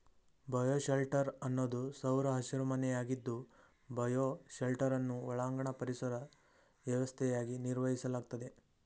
bioshelter ಅನ್ನೋದು ಸೌರ ಹಸಿರುಮನೆಯಾಗಿದ್ದು ಬಯೋಶೆಲ್ಟರನ್ನು ಒಳಾಂಗಣ ಪರಿಸರ ವ್ಯವಸ್ಥೆಯಾಗಿ ನಿರ್ವಹಿಸಲಾಗ್ತದೆ